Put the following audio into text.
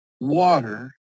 water